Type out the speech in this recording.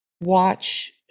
watch